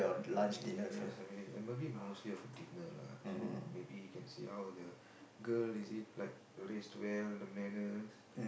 uh yes I mean maybe mostly of a dinner lah so maybe you can see how the girl is it like raised well the manners